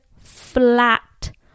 flat